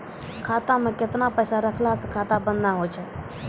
खाता मे केतना पैसा रखला से खाता बंद नैय होय तै?